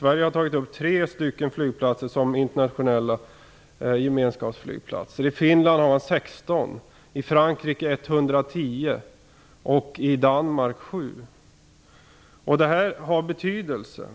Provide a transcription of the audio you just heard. Sverige har tagit upp 3 flygplatser som internationella gemenskapsflygplatser. I Finland har de 16, i Frankrike 110 och i Danmark 7. Detta har betydelse.